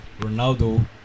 Ronaldo